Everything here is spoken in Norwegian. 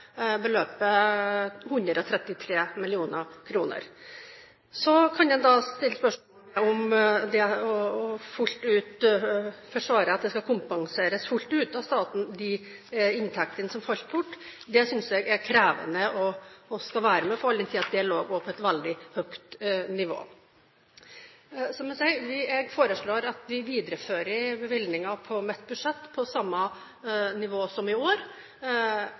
skal kompenseres fullt ut av staten. Det synes jeg det er krevende å være med på, all den tid de lå på et veldig høyt nivå. Jeg foreslår at vi viderefører bevilgninger på mitt budsjett på samme nivå som i år,